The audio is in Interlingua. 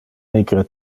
micre